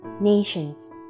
Nations